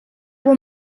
were